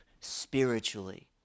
spiritually